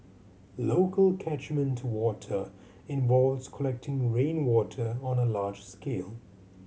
local catchment water involves collecting rainwater on a large scale